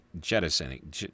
jettisoning